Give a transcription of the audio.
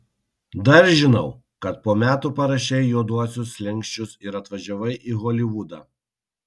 dar žinau kad po metų parašei juoduosius slenksčius ir atvažiavai į holivudą